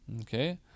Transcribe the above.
Okay